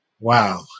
Wow